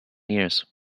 years